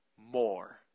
more